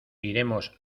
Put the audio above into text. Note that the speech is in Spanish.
iremos